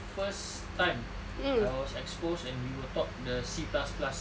first time I was exposed and we were taught the C plus plus